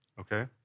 okay